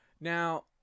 Now